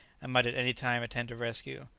and might at any time attempt a rescue,